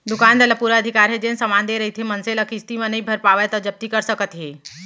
दुकानदार ल पुरा अधिकार हे जेन समान देय रहिथे मनसे ल किस्ती म नइ भर पावय त जब्ती कर सकत हे